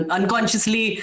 Unconsciously